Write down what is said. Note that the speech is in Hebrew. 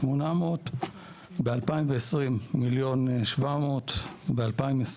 1,800,000. ב-2020 1,700,000. ב-2021